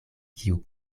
kiu